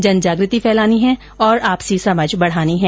जनजागृति फैलानी है और आपसी समझ बढानी है